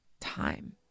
time